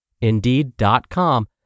Indeed.com